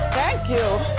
thank you.